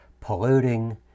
polluting